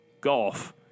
golf